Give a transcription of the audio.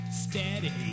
Steady